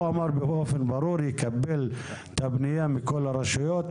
הוא אמר באופן ברור יקבל את הפנייה מכל הרשויות,